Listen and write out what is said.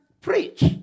preach